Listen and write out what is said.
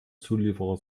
zulieferer